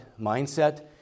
mindset